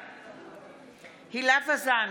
בעד הילה וזאן,